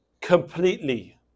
completely